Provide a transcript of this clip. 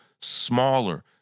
smaller